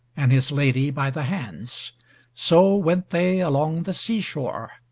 and his lady by the hands so went they along the sea shore,